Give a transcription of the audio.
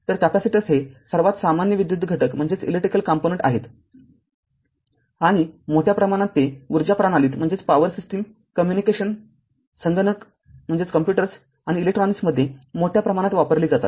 तर कॅपेसिटर हे सर्वात सामान्य विद्युत घटक आहेत आणि मोठ्या प्रमाणात ते ऊर्जा प्रणालीत कम्युनिकेशन संगणक आणि इलेक्ट्रॉनिक्समध्ये मोठ्या प्रमाणात वापरले जातात